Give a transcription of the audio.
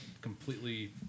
completely